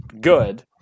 good